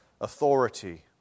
authority